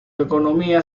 economía